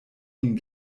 ihnen